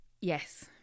Yes